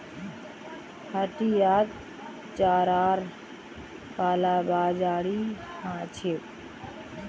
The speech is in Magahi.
हटियात चारार कालाबाजारी ह छेक